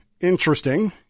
interesting